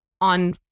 on